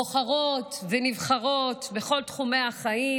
בוחרות ונבחרות בכל תחומי החיים,